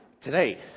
today